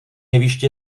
jeviště